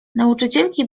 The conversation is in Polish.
nauczycielki